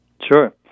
Sure